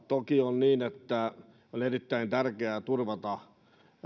toki on niin että on erittäin tärkeää turvata